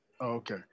Okay